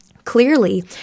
clearly